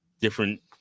different